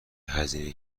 هزینه